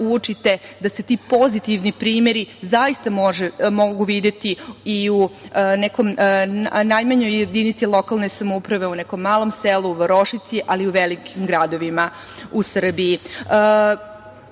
uočite da se ti pozitivni primeri zaista mogu videti i u nekoj najmanjoj jedinici lokalne samouprave, u nekom malom selu, varošici, ali i u velikim gradovima u Srbiji. Iz